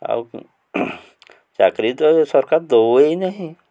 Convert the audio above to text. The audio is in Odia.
ଆଉ ଚାକିରି ତ ସରକାର ଦେଉ ନାହିଁ